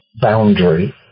boundary